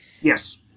Yes